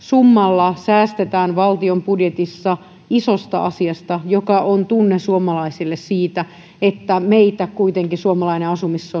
summalla säästetään valtion budjetissa isosta asiasta joka on tunne suomalaisille siitä että meitä kuitenkin suomalainen